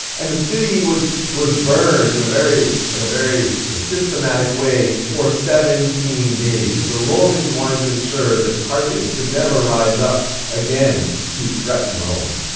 and the city was was burned in a very and very ah systematic way for seventeen days. the romans wanted to ensure that carthage could never rise up again to threaten rome.